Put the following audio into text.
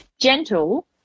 gentle